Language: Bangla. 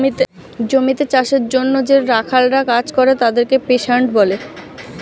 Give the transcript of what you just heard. জমিতে চাষের জন্যে যে রাখালরা কাজ করে তাদেরকে পেস্যান্ট বলে